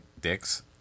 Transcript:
Dicks